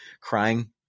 crying